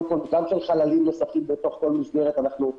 אם נצליח לאשר לצורך העניין